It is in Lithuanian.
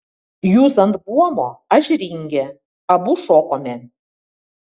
jūs ant buomo aš ringe abu šokome